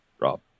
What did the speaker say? Rob